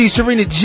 Serena